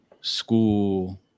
school